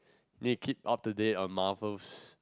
make it all today a Marvel